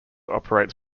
operates